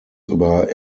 über